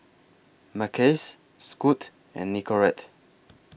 Mackays Scoot and Nicorette